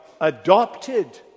adopted